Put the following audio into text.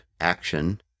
Action